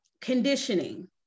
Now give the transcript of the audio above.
conditioning